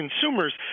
consumers